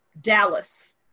Dallas